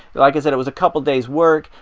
like i said, it was a couple of days' work,